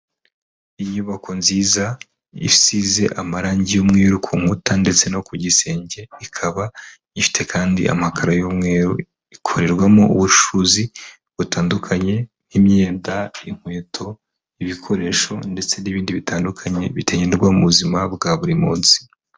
Inyubako nziza isize amarangi y'umweru ku nkuta ndetse no ku gisenge, ikaba ifite kandi amakaro y'umweru, ikorerwamo ubucuruzi butandukanye nk'imyenda, inkweto, n'ibikoresho ndetse n'ibindi bitandukanye bitahindurwa mu buzima bwa buri munsi.